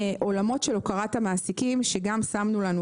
עולמות של הוקרת המעסיקים כשאת את הנושא